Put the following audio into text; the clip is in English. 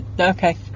okay